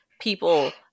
people